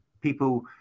People